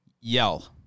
Yell